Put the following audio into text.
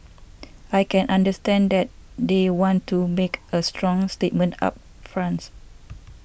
I can understand that they want to make a strong statement up front